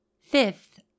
Fifth